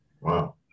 Wow